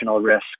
risk